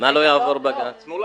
מה לא יעבור בג"ץ?